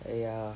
!aiya!